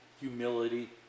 humility